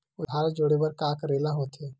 आधार जोड़े बर का करे ला होथे?